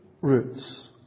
routes